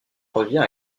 revient